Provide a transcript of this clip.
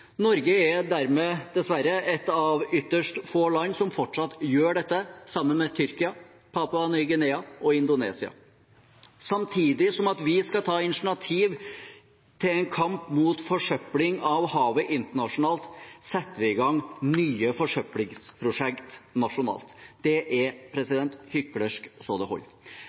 Norge er dermed dessverre et av ytterst få land som fortsatt gjør dette, sammen med Tyrkia, Papua Ny-Guinea og Indonesia. Samtidig som vi skal ta initiativ til en kamp mot forsøplingen av havet internasjonalt, setter vi i gang nye forsøplingsprosjekt nasjonalt. Det er hyklersk så det